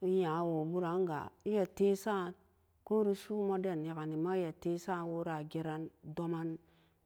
E nya woo tu ran ga e yee tesan ko re su'umo den nekeni ma e ne tesan woo ra jeran donan